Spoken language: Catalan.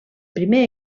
primer